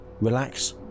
relax